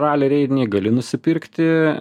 rali reidiniai gali nusipirkti